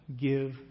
give